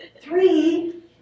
Three